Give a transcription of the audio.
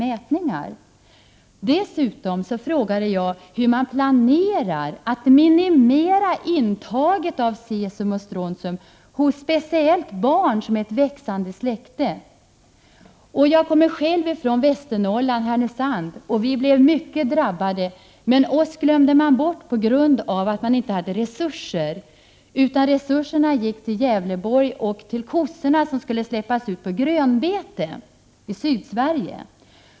Jag frågade dessutom på vilket sätt man planerar att minimera intaget av cesium och strontium, speciellt hos barnen som är ett växande släkte. Jag kommer själv från Västernorrland, Härnösand närmare bestämt. Vi som bor där blev mycket drabbade, men vi glömdes bort på grund av att myndigheterna inte hade resurser. De gick i stället till Gävleborgs län och till kossorna som skulle släppas ut på grönbete i Sydsverige.